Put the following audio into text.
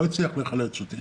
לא הצליח לחלץ אותי.